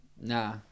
Nah